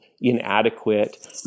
inadequate